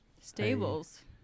Stables